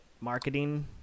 marketing